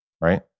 right